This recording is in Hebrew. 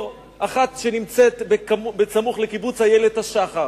אחת שנמצאת סמוך לקיבוץ איילת-השחר.